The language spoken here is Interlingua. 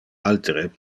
alteres